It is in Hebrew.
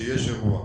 שיש אירוע.